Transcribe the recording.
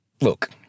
look